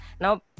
now